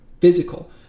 physical